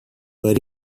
but